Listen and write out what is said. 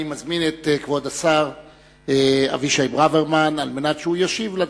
אני מזמין את כבוד השר אבישי ברוורמן להשיב על